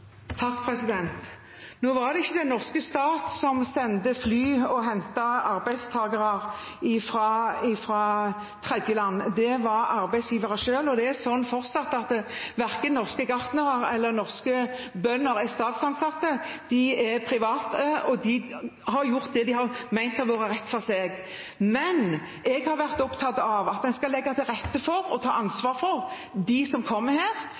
Det var ikke den norske stat som sendte fly og hentet arbeidstakere fra tredjeland, det var arbeidsgivere selv. Det er fortsatt slik at verken norske gartnere eller norske bønder er statsansatte. De er private og har gjort det de har ment har vært rett for seg. Jeg har vært opptatt av at en skal legge til rette for og ta ansvar for dem som kommer